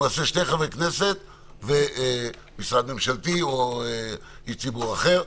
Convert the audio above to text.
נעבור לשני חברי כנסת ומשרד ממשלתי או איש ציבור אחר.